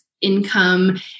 income